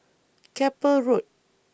Keppel Road